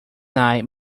night